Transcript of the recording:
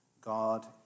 God